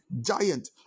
giant